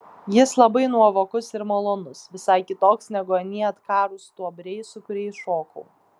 jis labai nuovokus ir malonus visai kitoks negu anie atkarūs stuobriai su kuriais šokau